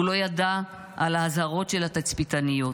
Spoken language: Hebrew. הוא לא ידע על האזהרות של התצפיתניות,